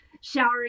showering